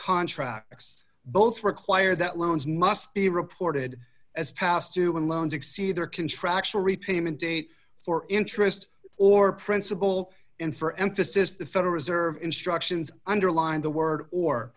contracts both require that loans must be reported as passed to when loans exceed their contractual repayment date for interest or principal in for emphasis the federal reserve instructions underline the word or